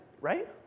Right